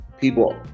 people